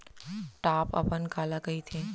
Top अपन काला कहिथे?